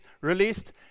released